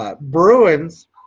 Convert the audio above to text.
Bruins